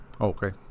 Okay